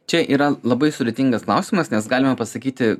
čia yra labai sudėtingas klausimas nes galima pasakyti